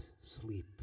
sleep